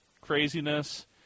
craziness